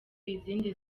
izindi